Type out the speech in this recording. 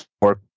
work